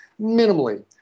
minimally